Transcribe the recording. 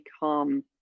become